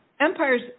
Empires